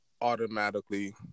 automatically